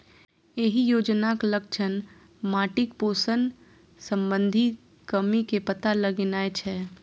एहि योजनाक लक्ष्य माटिक पोषण संबंधी कमी के पता लगेनाय छै